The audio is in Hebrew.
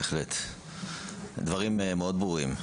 הדברים ברורים.